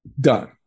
done